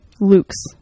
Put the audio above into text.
Luke's